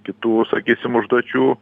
kitų sakysim užduočių